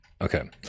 okay